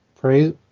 praise